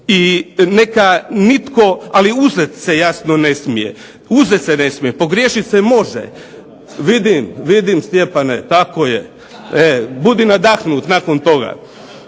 i neka nitko, ali uzet se jasno ne smije, pogriješit se može. Vidim Stjepane tako je, budi nadahnut nakon toga.